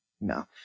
No